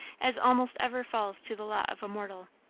as almost ever falls to the lot of a mortal.